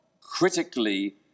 critically